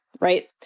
right